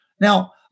Now